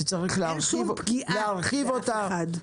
שצריך להרחיב אותם --- אין שום פגיעה באף אחד.